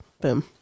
boom